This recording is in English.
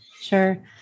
Sure